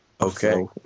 Okay